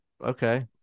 Okay